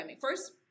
First